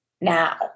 now